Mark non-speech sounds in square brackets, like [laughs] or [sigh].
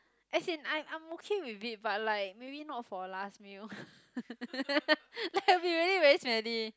as in I'm I'm okay with it but like maybe not for last meal [laughs] like it will be really very smelly